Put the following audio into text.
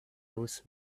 those